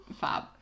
Fab